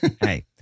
hey